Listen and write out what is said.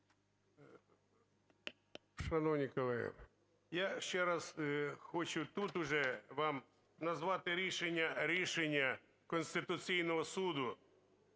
Дякую.